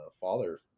father